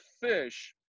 fish